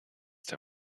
der